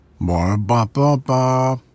Ba-ba-ba-ba